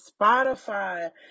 Spotify